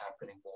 happening